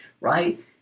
right